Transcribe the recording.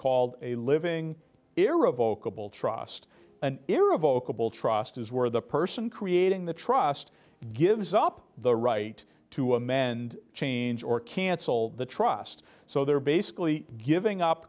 called a living irrevocably trust an irrevocably trust is where the person creating the trust gives up the right to amend change or cancel the trust so they're basically giving up